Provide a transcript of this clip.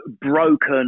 broken